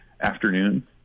afternoon